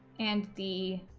and the